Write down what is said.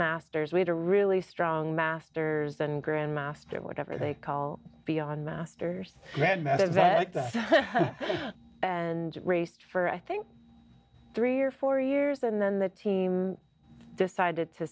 masters we had a really strong masters and grandmaster whatever they call beyond masters had met a vector and raced for i think three or four years and then the team decided to